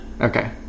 Okay